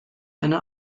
eine